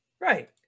right